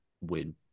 win